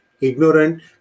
ignorant